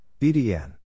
BDN